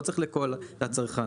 לא צריך לכל הצרכן,